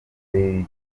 lil